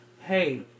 hey